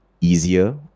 easier